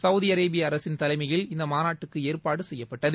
Saudi அரேபிய அரசின் தலைமையில் இந்த மாநாட்டுக்கு ஏற்பாடு செய்யப்பட்டது